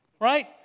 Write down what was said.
Right